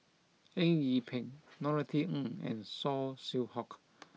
Eng Yee Peng Norothy Ng and Saw Swee Hock